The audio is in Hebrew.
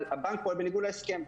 אבל הבנק פועל בניגוד להסכם.